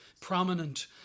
prominent